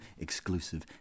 exclusive